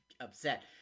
upset